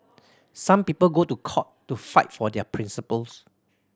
some people go to court to fight for their principles